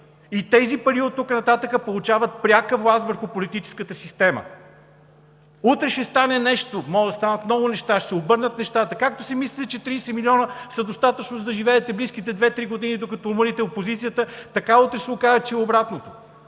Тези пари оттук нататък получават пряка власт върху политическата система. Утре ще стане нещо, може да станат много неща, ще се обърнат нещата. Както си мислите, че 30 милиона са достатъчно, за да живеете в близките две-три години, докато уморите опозицията, така утре ще се окаже, че е обратното.